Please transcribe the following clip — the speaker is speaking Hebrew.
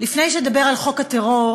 לפני שנדבר על חוק הטרור,